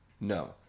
No